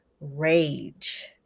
rage